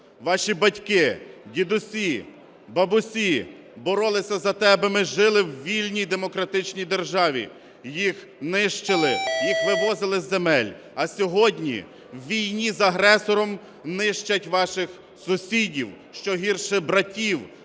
ваші батьки, дідусі, бабусі боролися за те, аби ми жили у вільній демократичній державі, їх нищили, їх вивозили з земель. А сьогодні у війні з агресором нищать ваших сусідів, що гірше – братів,